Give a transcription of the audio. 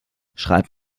schreibt